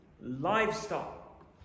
Livestock